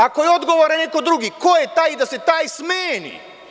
Ako je odgovoran neko drugi, ko je taj da se taj smeni?